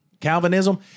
Calvinism